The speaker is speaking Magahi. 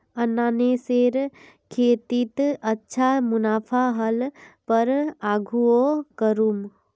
अनन्नासेर खेतीत अच्छा मुनाफा ह ल पर आघुओ करमु